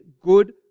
good